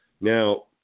Now